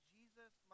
Jesus